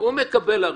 הוא מקבל.